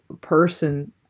person